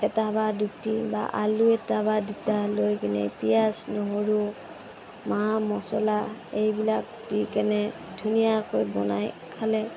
এটা বা দুটি বা আলু এটা বা দুটা লৈ কেনে পিঁয়াজ নহৰু মা মচলা এইবিলাক দি কেনে ধুনীয়াকৈ বনাই খালে